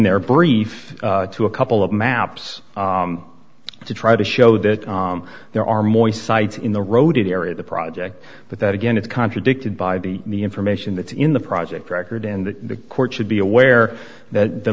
their briefs to a couple of maps to try to show that there are more sites in the road area the project but that again is contradicted by the the information that's in the project record in the court should be aware that the